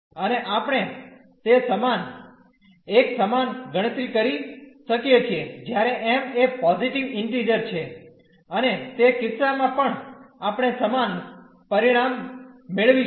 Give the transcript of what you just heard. અને આપણે તે સમાન એક્સમાન ગણતરી કરી શકીએ છીએ જ્યારે m એ પોઝીટીવ ઇન્ટીઝર છે અને તે કિસ્સામાં પણ આપણે સમાન પરિણામ મેળવીશું